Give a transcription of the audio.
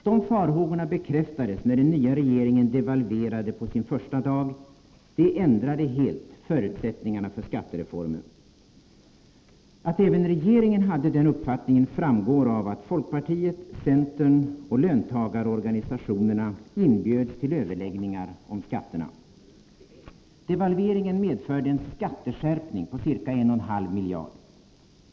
Dessa farhågor bekräftades när den nya regeringen devalverade på sin första dag. Det ändrade helt förutsättningarna för skattereformen. Att även regeringen hade den uppfattningen framgår av att folkpartiet, centern och löntagarorganisationerna inbjöds till överläggningar om skatterna. Devalveringen medförde en skatteskärpning på ca 1,5 miljarder.